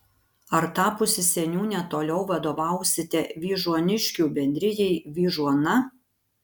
ar tapusi seniūne toliau vadovausite vyžuoniškių bendrijai vyžuona